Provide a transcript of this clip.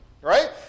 Right